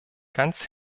ganz